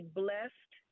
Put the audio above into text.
blessed